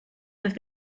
have